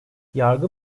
yargı